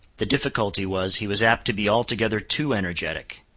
the difficulty was, he was apt to be altogether too energetic.